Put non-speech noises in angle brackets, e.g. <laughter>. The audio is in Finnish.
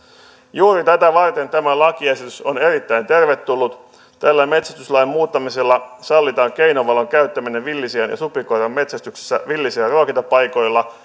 juuri tätä varten tämä lakiesitys on erittäin tervetullut tällä metsästyslain muuttamisella sallitaan keinovalon käyttäminen villisian ja supikoiran metsästyksessä villisian ruokintapaikoilla <unintelligible>